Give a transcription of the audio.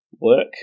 work